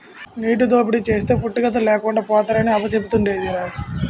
నీటి దోపిడీ చేస్తే పుట్టగతులు లేకుండా పోతారని అవ్వ సెబుతుండేదిరా